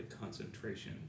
concentration